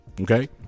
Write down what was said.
okay